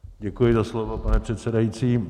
Děkuji za slovo, pane předsedající.